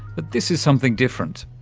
but this is something different.